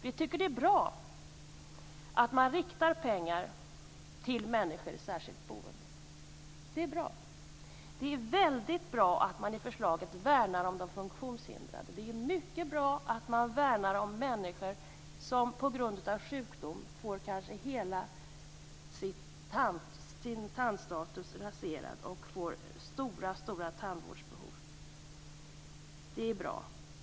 Vi tycker att det är bra att man riktar pengar till människor i särskilt boende. Det är väldigt bra att man i förslaget värnar om de funktionshindrade. Det är också mycket bra att man värnar om människor som på grund av sjukdom kanske får hela sin tandstatus raserad och därmed stora tandvårdsbehov.